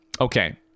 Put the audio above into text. okay